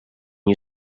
you